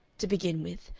to begin with,